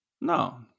No